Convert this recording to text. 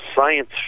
science